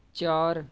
चार